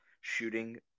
shooting